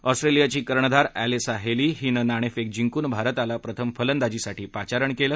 ऑस्ट्रेलियाची कर्णधार Alyssa Healy हीनं नाणेफेक जिंकून भारताला प्रथम फलंदाजीसाठी पाचारण केलं